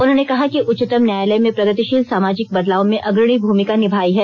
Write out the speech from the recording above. उन्होंने कहा कि उच्चतम न्यायालय ने प्रगतिशील सामाजिक बदलाव में अग्रणी भुमिका निभाई है